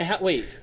Wait